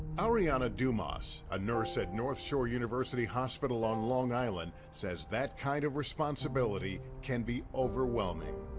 ariana dumas, a nurses at north shore university hospital on long island, says that kind of responsibility can be overwhelming.